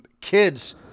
Kids